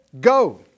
go